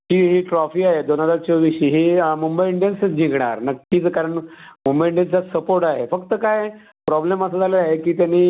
ही trophy आहे दोन हजार चोवीसची ही मुंबई इंडियन्स जिंकणार नक्कीच कारण मुंबई इंडियन्सचा सपोर्ट आहे फक्त काय प्रॉब्लेम असा झाला आहे की त्यानी